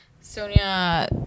Sonia